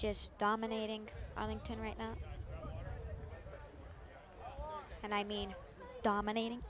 just dominating arlington right now and i mean dominating